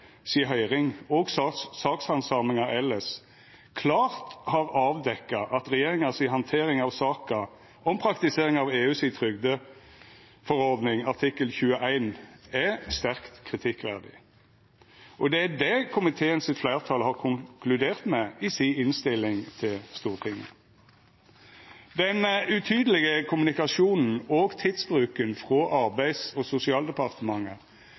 og sakshandsaminga elles klart har avdekt at regjeringa si handtering av saka om praktiseringa av EUs trygdeforordning artikkel 21 er sterkt kritikkverdig. Og det er det fleirtalet i komiteen har konkludert med i innstillinga til Stortinget. Den utydelege kommunikasjonen og tidsbruken frå Arbeids- og sosialdepartementet